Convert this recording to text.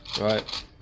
Right